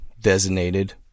designated